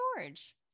George